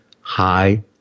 high